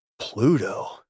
Pluto